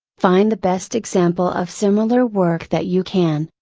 find the best example of similar work that you can.